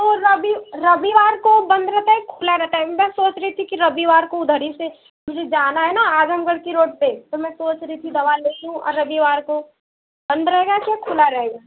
और अभी रविवार को बंद रहता है की खुला रहता है मैं सोच रही थी कि रविवार को उधर ही से मुझे जाना है न आजमगढ़ की रोड पर तो मैं सोच रही थी दवा ले लूँ रविवार को बंद रहेगा चाहे खुला रहेगा